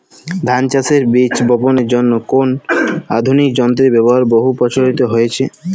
ধান চাষের বীজ বাপনের জন্য কোন আধুনিক যন্ত্রের ব্যাবহার বহু প্রচলিত হয়েছে?